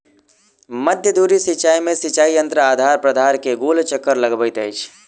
मध्य धुरी सिचाई में सिचाई यंत्र आधार प्राधार के गोल चक्कर लगबैत अछि